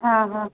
ହଁ ହଁ